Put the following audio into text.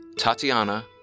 Tatiana